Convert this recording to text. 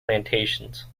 plantations